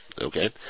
Okay